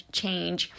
change